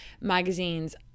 magazines